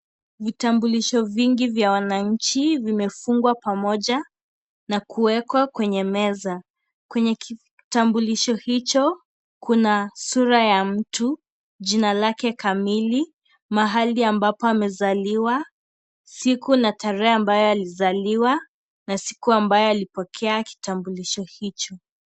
Vitambulisho vingi vya wananchi vimefungwa pamoja na kuwekwa kwenye meza, kwenye kitambulisho hicho kuna sura ya mtu, jina lake kamili, mahali ambapo amezaliwa, siku na tarehe ambayo alizaliwa na siku ambayo alipokea kitambulisho hicho.